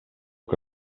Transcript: que